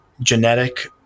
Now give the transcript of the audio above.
genetic